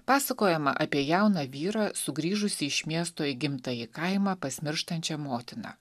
pasakojama apie jauną vyrą sugrįžusį iš miesto į gimtąjį kaimą pas mirštančią motiną